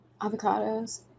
avocados